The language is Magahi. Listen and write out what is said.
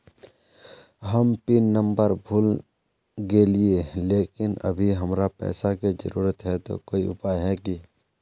हम पिन नंबर भूल गेलिये लेकिन अभी हमरा पैसा के जरुरत है ते कोई उपाय है की?